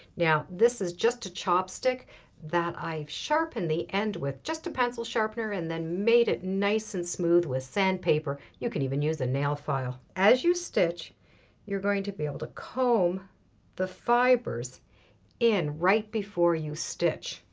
yeah this is just a chopstick that i've sharpened the end with a pencil sharpener and then made it nice and smooth with sandpaper. you can even use a nail file. as you stitch you're going to be able to comb the fibers in right before you stitch.